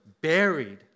buried